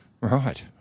Right